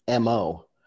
MO